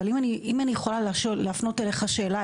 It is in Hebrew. אבל אם אני יכולה להפנות אליכם שאלה,